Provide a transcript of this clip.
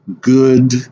good